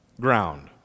ground